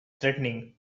threatening